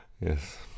Yes